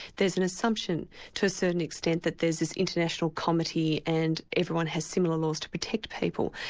there's an assumption to a certain extent that there's this international comity and everyone has similar laws to protect people.